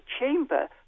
chamber